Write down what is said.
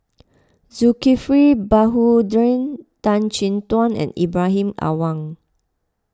Zulkifli Baharudin Tan Chin Tuan and Ibrahim Awang